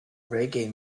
reggae